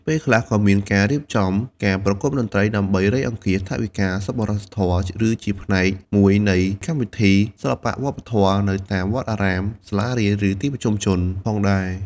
ពេលខ្លះក៏មានការរៀបចំការប្រគំតន្ត្រីដើម្បី រៃអង្គាសថវិកាសប្បុរសធម៌ ឬជាផ្នែកមួយនៃកម្មវិធីសិល្បៈវប្បធម៌នៅតាមវត្តអារាម សាលារៀន ឬទីប្រជុំជនផងដែរ ។